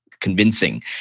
convincing